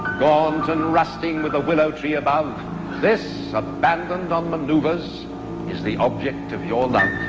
gaunt and rusting with a willow tree above this? abandoned on maneuvers is the object of your love